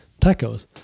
tacos